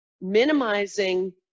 minimizing